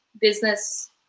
business